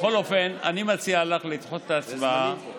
בכל אופן, אני מציע לך לדחות את ההצבעה.